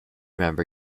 member